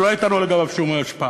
שלא הייתה לנו לגביו שום השפעה,